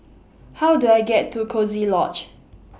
How Do I get to Coziee Lodge